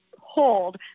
hold